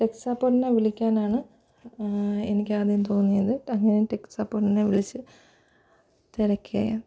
tech സപ്പോർട്ടിനെ വിളിക്കാനാണ് എനിക്കാദ്യം തോന്നിയത് അങ്ങനെയാണ് ടെക് സപ്പോർട്ടിനെ വിളിച്ച് തിരക്കിയ